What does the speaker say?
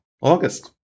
August